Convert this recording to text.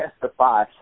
testify